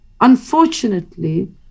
Unfortunately